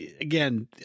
again